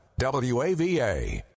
WAVA